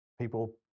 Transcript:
people